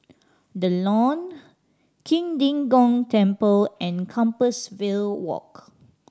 The Lawn Qing De Gong Temple and Compassvale Walk